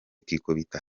ikikubita